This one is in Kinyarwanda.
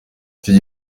iki